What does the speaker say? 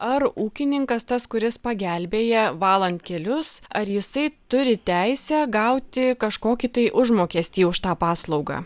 ar ūkininkas tas kuris pagelbėja valant kelius ar jisai turi teisę gauti kažkokį tai užmokestį už tą paslaugą